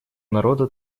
народа